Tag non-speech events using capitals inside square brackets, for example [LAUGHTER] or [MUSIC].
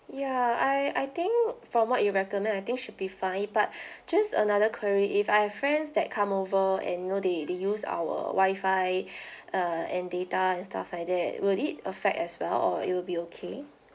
ya I I think from what you recommend I think should be fine but [BREATH] just another query if I have friends that come over and you know they they use our wi-fi [BREATH] uh and data and stuff like that will it affect as well or it will be okay